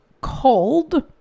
called